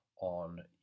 on